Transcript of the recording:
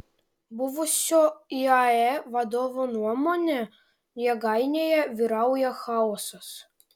buvusio iae vadovo nuomone jėgainėje vyrauja chaosas